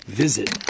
visit